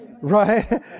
right